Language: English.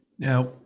Now